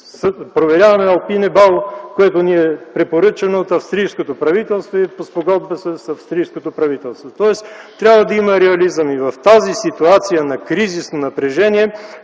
проверяваме „Алпине бау”, което ни е препоръчано от австрийското правителство и по Спогодба с австрийското правителство. Тоест трябва да има реализъм. И в тази ситуация на кризисно напрежение